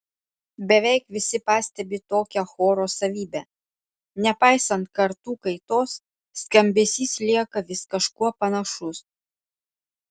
beveik visi pastebi tokią choro savybę nepaisant kartų kaitos skambesys lieka vis kažkuo panašus